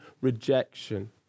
rejection